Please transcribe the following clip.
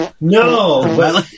No